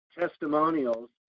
testimonials